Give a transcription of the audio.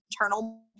internal